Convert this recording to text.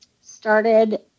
started